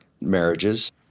marriages